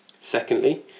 Secondly